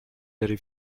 allez